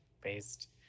based